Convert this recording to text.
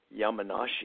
Yamanashi